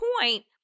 point